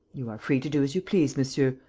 you are free to do as you please, monsieur.